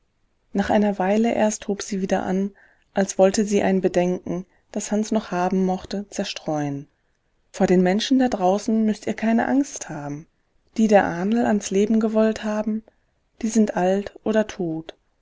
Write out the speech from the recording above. nach einer weile erst hob sie wieder an als wollte sie ein bedenken das hans noch haben mochte zerstreuen vor den menschen da draußen müßt ihr keine angst haben die der ahnl ans leben gewollt haben die sind alt oder tot